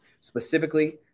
specifically